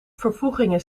vervoegingen